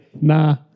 Nah